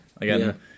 again